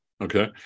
okay